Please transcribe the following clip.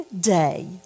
day